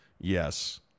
Yes